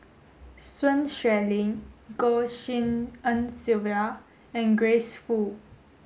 Sun Xueling Goh Tshin En Sylvia and Grace Fu